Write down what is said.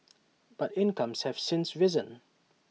but incomes have since risen